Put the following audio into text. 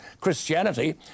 Christianity